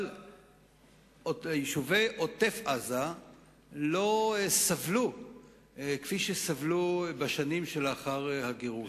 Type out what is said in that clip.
יישובי עוטף-עזה לא סבלו כפי שסבלו בשנים לאחר הגירוש,